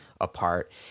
apart